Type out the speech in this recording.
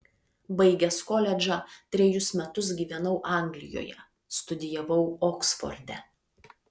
baigęs koledžą trejus metus gyvenau anglijoje studijavau oksforde